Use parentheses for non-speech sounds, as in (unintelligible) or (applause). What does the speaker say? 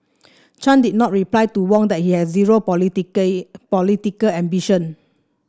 Chan did not reply to Wong that he has zero (unintelligible) political ambition